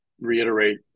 reiterate